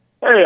hey